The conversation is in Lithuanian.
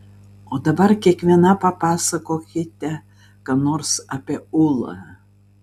o dabar kiekviena papasakokite ką nors apie ūlą